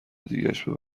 دیگشم